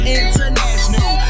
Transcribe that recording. international